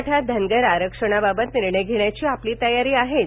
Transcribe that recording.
मराठा धनगर आरक्षणाबाबत निर्णय घेण्याची आपली तयारी आहेच